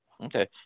Okay